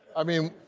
i mean,